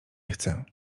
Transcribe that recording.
chcę